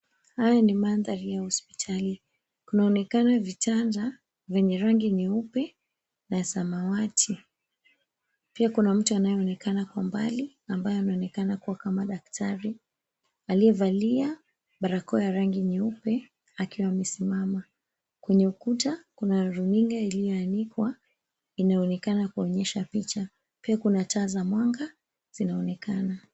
Haya ni mandhari ya hospitali. Kunaonekana vitanda vyenye rangi nyeupe na ya samawati. Pia kuna mtu anayeonekana kwa mbali ambaye anaonekana kuwa kama daktari. Aliyevaa barakoa ya rangi nyeupe akiwa amesimama. Kwenye ukuta kuna runinga iliyoanikwa inayoonekana kuonyesha picha. Pia kuna taa za mwanga zinaonekana.